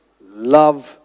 love